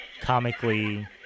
comically